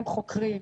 הם חוקרים,